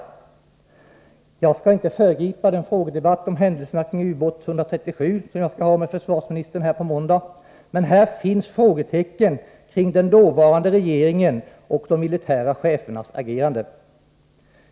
Jag skall inte föregripa den frågedebatt om händelserna kring ubåt 137 som jag skall ha med försvarsministern här på måndag, men här finns frågetecken kring den dåvarande regeringens och de militära chefernas agerande.